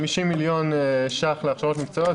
50 מיליון ₪ להכשרות מקצועיות,